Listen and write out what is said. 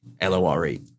L-O-R-E